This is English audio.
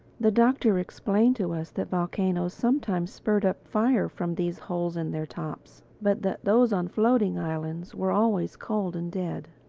the doctor explained to us that volcanoes sometimes spurted up fire from these holes in their tops but that those on floating islands were always cold and dead.